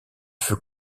fut